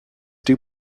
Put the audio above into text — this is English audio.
dew